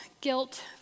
guilt